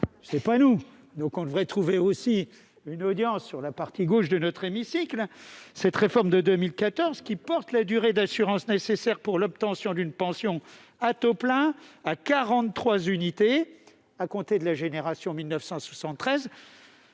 et nous devrions donc, aussi, trouver une audience sur la partie gauche de notre hémicycle. Alors que cette réforme de 2014 porte la durée d'assurance nécessaire pour l'obtention d'une pension à taux plein à 43 annuités à compter de la génération 1973,